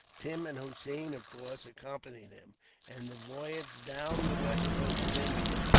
tim and hossein, of course, accompanied him and the voyage down the west coast of india,